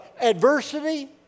Adversity